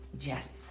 yes